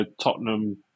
Tottenham